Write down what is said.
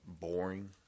boring